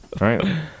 right